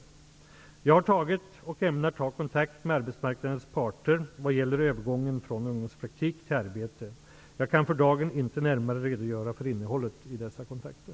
Jag har tagit, och ämnar ta, kontakt med arbetsmarknadens parter vad gäller övergången från ungdomspraktik till arbete. Jag kan för dagen inte närmare redogöra för innehållet i dessa kontakter.